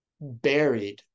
buried